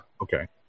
Okay